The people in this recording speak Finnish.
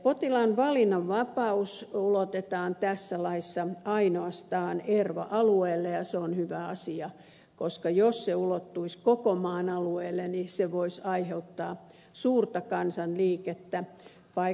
potilaan valinnanvapaus ulotetaan tässä laissa ainoastaan erva alueelle joka on hyvä asia koska jos se ulottuisi koko maan alueelle se voisi aiheuttaa suurta kansanliikettä paikasta toiseen